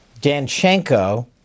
Danchenko